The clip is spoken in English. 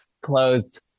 closed